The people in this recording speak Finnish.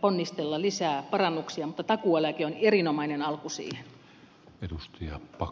ponnistella lisää parannuksia mutta takuueläke on erinomainen alku siihen